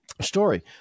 story